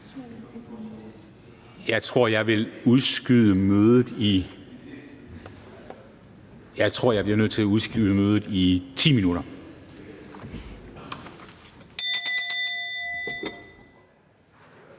jeg tror, at jeg bliver nødt til at udskyde mødet i 10 minutter.